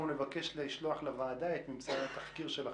אנחנו נבקש לשלוח לוועדה את ממצאי התחקיר שלכם.